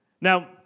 Now